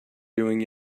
doing